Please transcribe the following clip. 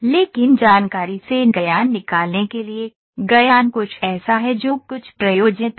लेकिन जानकारी से ज्ञान निकालने के लिए ज्ञान कुछ ऐसा है जो कुछ प्रयोज्यता है